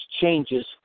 changes